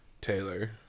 Taylor